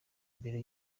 mbere